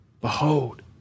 Behold